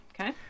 Okay